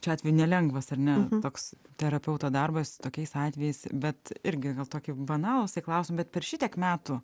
šiuo atveju nelengvas ar ne toks terapeuto darbas tokiais atvejais bet irgi gal tokie banalūs tie klausimai bet per šitiek metų